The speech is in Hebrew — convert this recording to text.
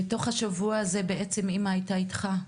ובתוך השבוע הזה בעצם אמא הייתה איתך?